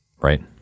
Right